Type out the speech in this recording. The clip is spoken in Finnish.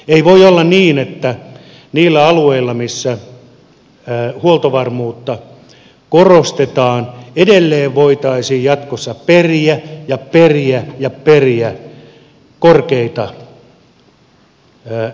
ei voi olla niin että niillä alueilla missä huoltovarmuutta korostetaan edelleen voitaisiin jatkossa periä ja periä ja periä korkeita siirtomaksuja